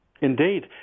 Indeed